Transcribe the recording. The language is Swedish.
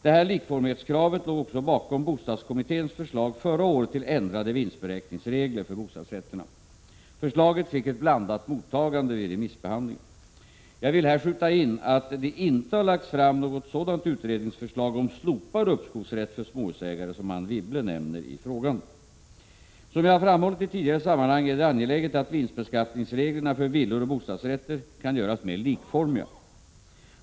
Detta likformighetskrav låg också bakom bostadskommitténs förslag förra året till ändrade vinstberäkningsregler för bostadsrätterna. Förslaget fick ett blandat mottagande vid remissbehandlingen. Jag vill här skjuta in att det inte har lagts fram något sådant utredningsförslag om slopad uppskovsrätt för småhusägare som Anne Wibble nämner i frågan. Som jag har framhållit i tidigare sammanhang är det angeläget att vinstbeskattningsreglerna för villor och bostadsrätter kan göras mer likformiga.